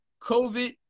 COVID